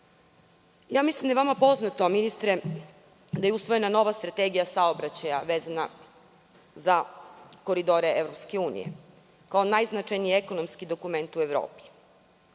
mislim da je vama poznato ministre da je usvojena nova strategija saobraćaja vezana za koridore EU, kao najznačajniji ekonomski dokument u Evropi.